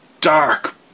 dark